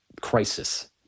crisis